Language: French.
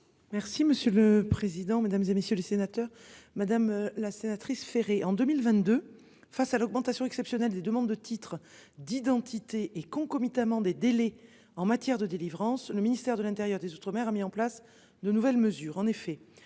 Merci monsieur le président, Mesdames, et messieurs les sénateurs, madame la sénatrice Ferré en 2022 face à l'augmentation exceptionnelle des demandes de titres d'identité et concomitamment des délais en matière de délivrance. Le ministère de l'Intérieur des Outre-mer a mis en place de nouvelles mesures,